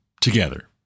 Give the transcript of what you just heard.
Together